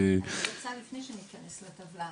לפני שניכנס לטבלה,